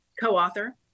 co-author